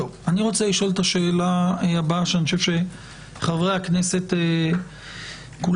אני רוצה לשאול את השאלה שאני חושב שחברי הכנסת כולם,